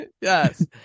Yes